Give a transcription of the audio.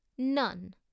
None